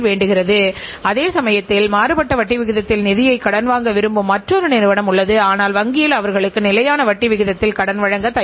எனவே அனைத்து வெளிப்புற பங்குதாரர்களும் நிறுவனத்திற்கு முக்கியம் என்று அர்த்தம்